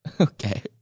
Okay